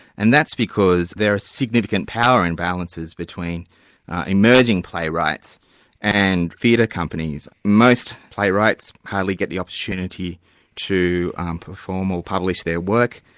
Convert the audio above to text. and that's because there are significant power imbalances between emerging playwrights and theatre companies. most playwrights hardly get the opportunity to um perform or publish their work.